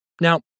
Now